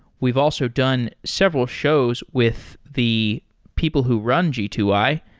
we've also done several shows with the people who run g two i,